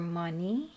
money